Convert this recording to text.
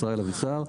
ישראל אבישר.